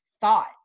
thought